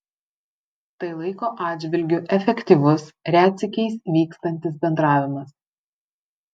tai laiko atžvilgiu efektyvus retsykiais vykstantis bendravimas